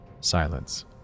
Silence